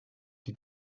die